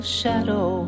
shadow